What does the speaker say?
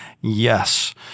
yes